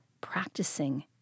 practicing